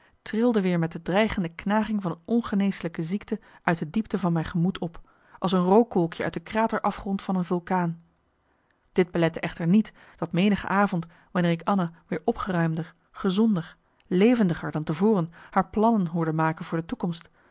trilde weer met de dreigende knaging van een ongeneeslijke ziekte uit de diepte van mijn gemoed op als een rookwolkje uit de krater afgrond van een vulkaan dit belette echter niet dat menige avond wanneer ik anna weer opgeruimder gezonder levendiger dan te voren haar plannen hoorde maken voor de toekomst